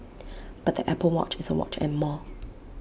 but the Apple watch is A watch and more